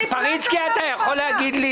פריצקי, אתה יכול להגיד לי: